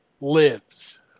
Lives